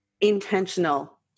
intentional